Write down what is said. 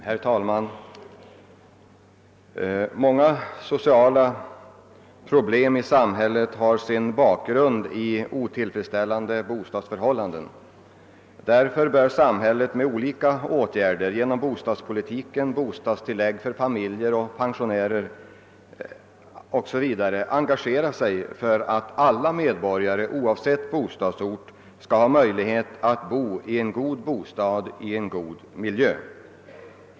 Herr talman! Många sociala problem i samhället har sin bakgrund i otillfredsställande bostadsförhållanden. Därför bör samhället med olika åtgärder — genom bostadspolitiken, bostadstilllägg för barnfamiljer och pensionärer O.S. V. — engagera sig för att alla medborgare oavsett bostadsort skall ha möjliget att bo i en god bostad i en god miljö.